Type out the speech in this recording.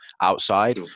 outside